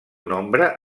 nombre